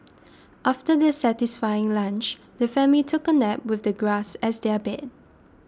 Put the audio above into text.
after their satisfying lunch the family took a nap with the grass as their bed